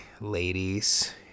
ladies